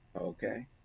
Okay